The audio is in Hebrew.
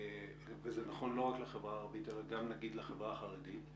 וזה נכון לא רק לחברה הערבית אלא גם לחברה החרדית,